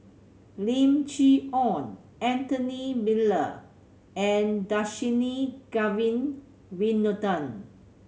Lim Chee Onn Anthony Miller and Dhershini Govin Winodan